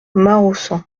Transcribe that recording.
maraussan